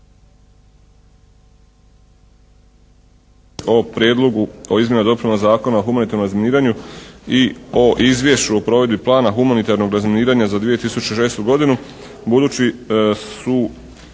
O Prijedlogu o izmjenama i dopunama Zakona o humanitarnom razminiranju i o izvješću o provedbi Plana humanitarnog razminiranja za 2006. godinu budući su